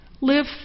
Live